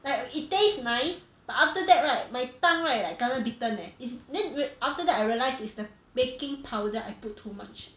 like it tastes nice but after that right my tongue right like kena bitten leh is then re~ after that I realised is the baking powder I put too much